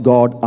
God